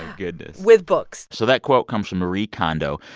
goodness. with books so that quote comes from marie kondo.